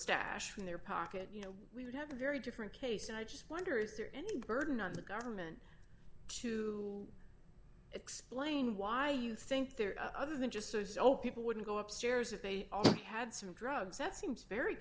stash in their pocket you know we would have a very different case and i just wonder is there any burden on the government to explain why you think there are other than just those so people wouldn't go upstairs if they had some drugs that seems very